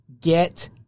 get